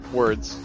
words